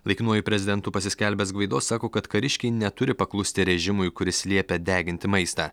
laikinuoju prezidentu pasiskelbęs gvaido sako kad kariškiai neturi paklusti režimui kuris liepia deginti maistą